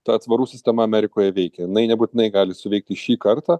ta atsvarų sistema amerikoje veikia jinai nebūtinai gali suveikti šį kartą